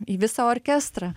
į visą orkestrą